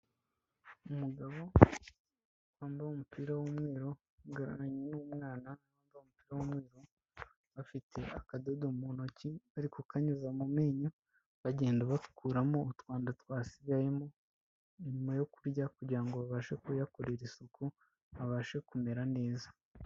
Umugabo wambaye umupira w'umweru uhagararanye n'umwana w'umweru, bafite akadodo mu ntoki, bari kukanyuza mu menyo, bagenda bakuramo utwanda twasigayemo nyuma yo kurya, kugirango babashe kuyakorera isuku abashe kumera neza.